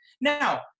Now